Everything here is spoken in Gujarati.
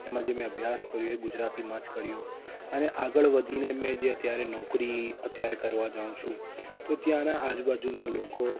એમાં જે મેં અભ્યાસ કર્યો એ ગુજરાતીમાં જ કર્યો અને આગળ વધીને મેં જે અત્યારે નોકરી અત્યારે કરવા જાઉં છું તો ત્યાંનાં આજુ બાજુનાં લોકો